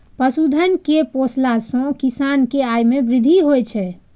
पशुधन कें पोसला सं किसान के आय मे वृद्धि होइ छै